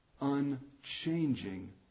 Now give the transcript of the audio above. unchanging